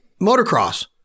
Motocross